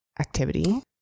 activity